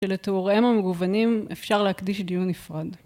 שלתיאוריהם המגוונים אפשר להקדיש דיון נפרד.